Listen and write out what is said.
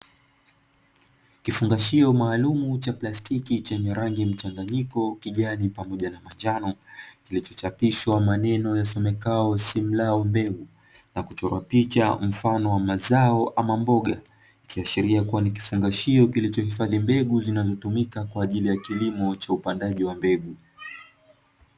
Kifungashio maalumu cha plastiki chenye rangi mchanganyiko kijani pamoja na manjano, kilichochapishwa maneno yasomekayo "simlaw" mbegu, na kuchorwa picha mfano wa mazao ama mboga; ikiashiria kuwa ni kifungashio kilichohifadhi mbegu zinazotumika kwa ajili ya kilimo cha upandaji wa mbegu.